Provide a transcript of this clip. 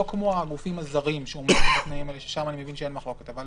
כמו הגופים הזרים שעומד בתנאים האלה שם אני מבין שאין מחלוקת אבל